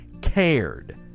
cared